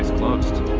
closed.